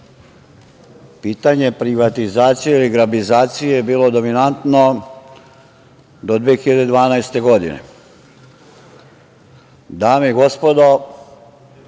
Pitanje privatizacije i grabizacije je bilo dominantno do 2012. godine. Dame i gospodo,